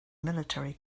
military